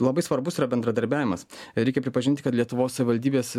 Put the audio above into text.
labai svarbus yra bendradarbiavimas reikia pripažinti kad lietuvos savivaldybės